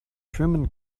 schwimmen